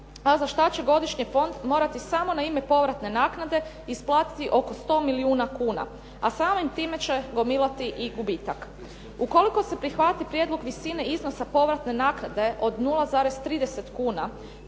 za šta će godišnje fond morati samo na ime povratne naknade isplatiti oko 100 milijuna kuna, a samim time će gomilati i gubitak. Ukoliko se prihvati prijedlog visine iznosa povratne naknade od 0,30 kuna,